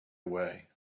away